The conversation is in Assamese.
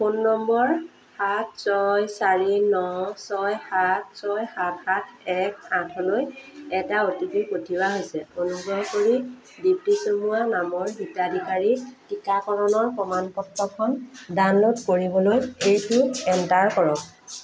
ফোন নম্বৰ সাত ছয় চাৰি ন ছয় সাত ছয় সাত সাত এক আঠলৈ এটা অ' টি পি পঠিওৱা হৈছে অনুগ্ৰহ কৰি দীপ্তী চমুৱা নামৰ হিতাধিকাৰীৰ টীকাকৰণৰ প্ৰমাণ পত্ৰখন ডাউনলোড কৰিবলৈ এইটো এণ্টাৰ কৰক